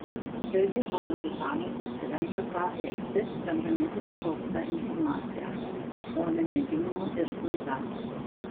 taigi orangutanai pasirenka ką ėsti remdamiesi sukaupta informacija o ne mėginimu ir klaida